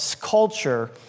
culture